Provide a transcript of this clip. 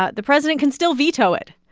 ah the president can still veto it.